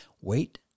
Wait